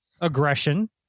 aggression